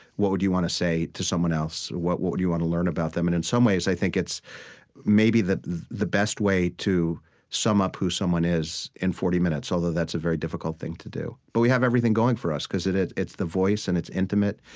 what would you want to say to someone else? what what would you want to learn about them? and in some ways, i think it's maybe the the best way to sum up who someone is in forty minutes, although that's a very difficult thing to do. but we have everything going for us, because it's it's the voice, and it's intimate,